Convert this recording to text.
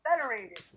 Federated